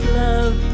love